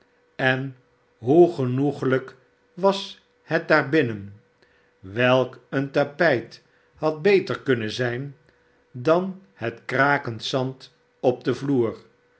en hoe genoeglijk was het daar binnen welk een tapijt had beter kunnen zijn dan het krakende zand op den vloer